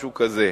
משהו כזה,